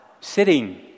sitting